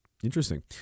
Interesting